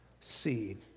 seed